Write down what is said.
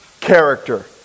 character